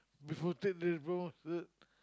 before take the diploma uh